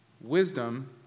wisdom